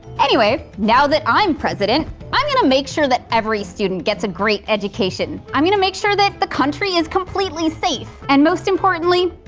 anyway, now that i'm president i'm going to make sure that every student gets a great education. i'm going to make sure the country is completely safe! and most importantly,